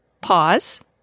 Pause